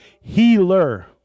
healer